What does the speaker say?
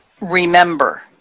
remember